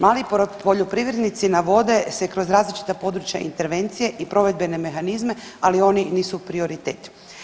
Mali poljoprivrednici navode se kroz različita područja intervencije i provedbene mehanizme ali oni nisu prioritet.